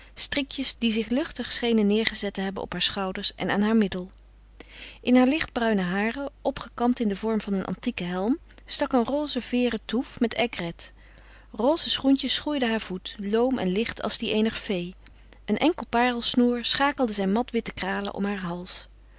strikjes die zich luchtig schenen neêrgezet te hebben op haar schouders en aan haar middel in haar lichtbruine haren opgekamd in den vorm van een antieken helm stak een roze veêren touffe met aigrette roze schoentjes schoeiden haar voet loom en licht als die eener fee een enkel parelsnoer schakelde zijn matwitte kralen om haar hals